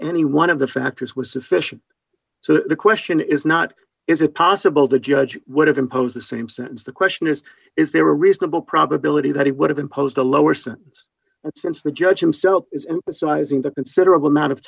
any one of the factors was sufficient so the question is not is it possible the judge would have imposed the same sentence the question is is there a reasonable probability that he would have imposed a lower since since the judge himself is in sizing the considerable amount of